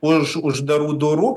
už uždarų durų